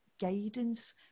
guidance